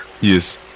yes